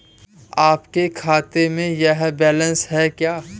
आपके खाते में यह बैलेंस है क्या?